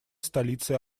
столицей